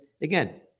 again